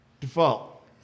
default